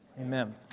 Amen